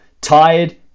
tired